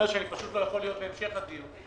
להיות בהמשך הדיון.